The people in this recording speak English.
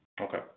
Okay